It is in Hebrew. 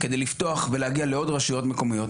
כדי לפתוח ולהגיע לעוד רשויות מקומיות,